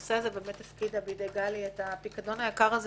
בנושא הזה ובאמת הפקידה בידי גלי את הפיקדון היקר הזה